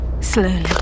slowly